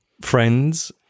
friends